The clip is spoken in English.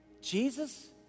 Jesus